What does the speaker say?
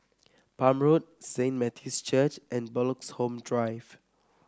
Palm Road Saint Matthew's Church and Bloxhome Drive